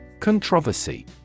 Controversy